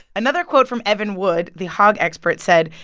another quote from evan wood, the hog expert, said,